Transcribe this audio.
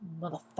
motherfucker